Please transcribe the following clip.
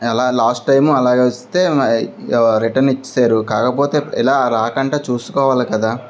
ఎలా last time అలాగ వస్తే రిటర్న్ ఇచ్చేసారు కాకపోతే ఇలా రాకుండా చూసుకోవాలి కదా